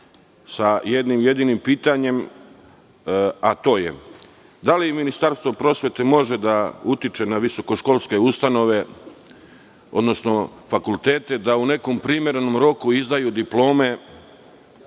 sa jednim jedinim pitanjem – da li Ministarstvo prosvete može da utiče na visokoškolske ustanove odnosno fakultete da u nekom primerenom roku izdaju diplome